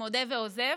מודה ועוזב.